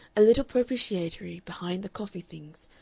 a little propitiatory, behind the coffee things,